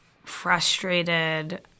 Frustrated